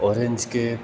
orange cake